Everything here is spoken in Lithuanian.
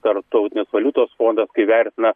tarptautinės valiutos fondas kai vertina